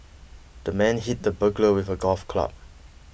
the man hit the burglar with a golf club